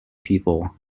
people